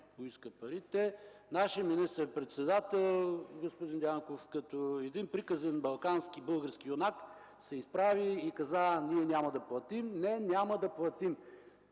поиска парите, нашият министър-председател, господин Дянков, като един приказен, балкански български юнак се изправи и каза: „Ние няма да платим!”. „Не, няма да платим!”